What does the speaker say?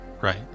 Right